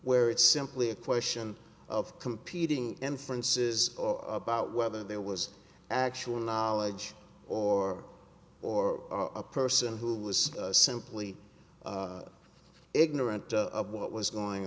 where it's simply a question of competing inferences about whether there was actual knowledge or or a person who was simply ignorant of what was going